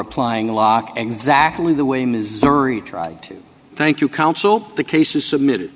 applying a lock exactly the way missouri tried to thank you counsel the case is submitted